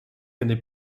années